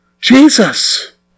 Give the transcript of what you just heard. Jesus